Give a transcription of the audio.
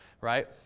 right